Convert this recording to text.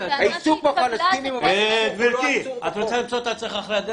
העיסוק בפלסטינים או בחוק לא אסור בחוק.